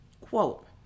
quote